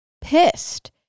pissed